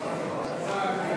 (הקצבה לזכאי